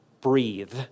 breathe